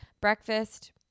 Breakfast